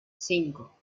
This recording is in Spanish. cinco